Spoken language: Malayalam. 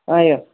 ആയോ